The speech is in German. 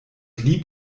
lieb